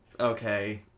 Okay